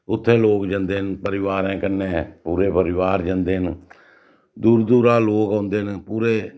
उत्थें लोक जंदे न परिवारें कन्नै पूरे परिवार जंदे न दूरा दूरा लोक औंदे न पूरे